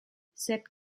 cette